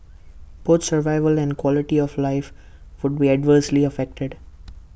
both survival and quality of life would be adversely affected